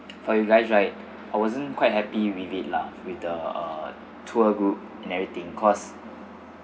for you guys right I wasn't quite happy with it lah with the uh tour group and everything cause